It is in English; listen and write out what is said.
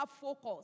focus